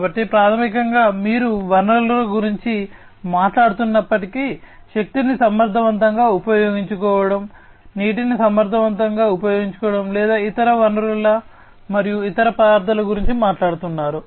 కాబట్టి ప్రాథమికంగా మీరు వనరుల గురించి మాట్లాడుతున్నప్పటికీ శక్తిని సమర్థవంతంగా ఉపయోగించుకోవడం నీటిని సమర్థవంతంగా ఉపయోగించడం లేదా ఇతర వనరులు మరియు ఇతర పదార్థాల గురించి మాట్లాడుతున్నారు